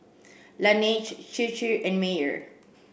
Laneige Chir Chir and Mayer